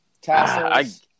tassels